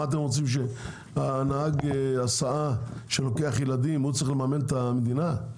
אתם רוצים שנהג ההסעה שלוקח את ילדים יממן את המדינה?